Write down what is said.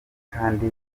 kandi